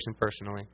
personally